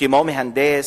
כמו מהנדס,